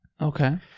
Okay